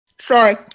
Sorry